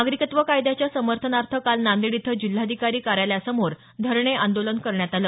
नागरिकत्व कायद्याच्या समर्थनार्थ काल नांदेड इथं जिल्हाधिकारी कार्यालयासमोर धरणे आंदोलन करण्यात आलं